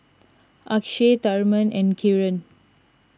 Akshay Tharman and Kiran